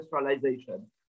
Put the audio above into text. industrialization